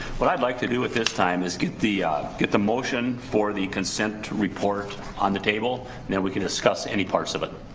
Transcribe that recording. what i'd like to do at this time is get the get the motion for the consent to report on the table then we can discuss any parts but